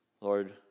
Lord